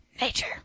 nature